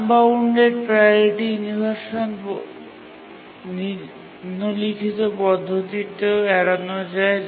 unbounded priority inversion নিম্নলিখিত পদ্ধতিতেও এড়ানো যায়